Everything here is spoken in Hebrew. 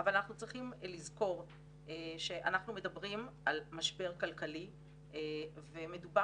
אבל אנחנו צריכים לזכור שאנחנו מדברים על משבר כלכלי ומדובר